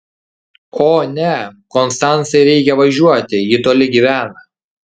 o ne konstancai reikia važiuoti ji toli gyvena